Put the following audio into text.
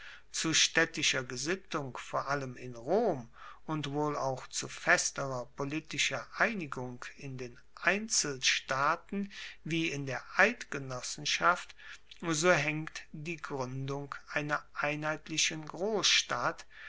zu staedtischer gesittung vor allem in rom und wohl auch zu festerer politischer einigung in den einzelstaaten wie in der eidgenossenschaft so haengt die gruendung einer einheitlichen grossstadt